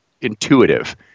intuitive